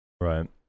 Right